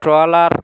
trawler